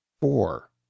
Four